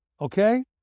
okay